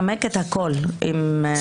הכול, אם יורשה לי.